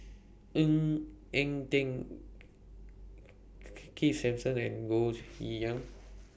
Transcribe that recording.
Ng Eng Teng Keith Simmons and Goh Yihan